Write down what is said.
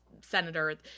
senator